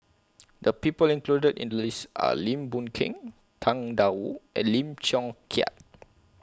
The People included in The list Are Lim Boon Keng Tang DA Wu and Lim Chong Keat